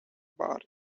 bar